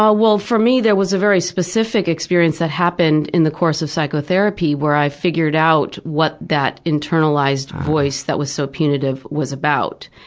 ah well, for me, there was a very specific experience that happened in the course of psychotherapy where i figured out what that internalized voice that was so punitive was about,